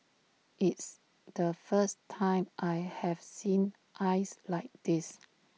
it's the first time I have seen ice like this